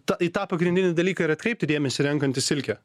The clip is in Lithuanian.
tą į tą pagrindinį dalyką ir atkreipti dėmesį renkantis silkę